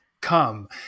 come